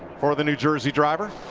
for the new jersey driver.